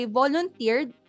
volunteered